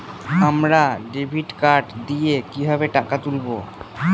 আমরা debit card দিয়ে কিভাবে টাকা তুলবো?